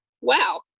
Wow